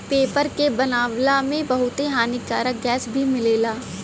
paper के बनावला में बहुते हानिकारक गैस भी निकलेला